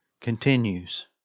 continues